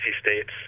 states